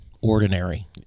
ordinary